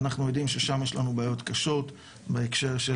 אנחנו יודעים ששם יש לנו בעיות קשות בהקשר של